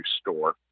store